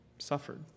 suffered